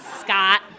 Scott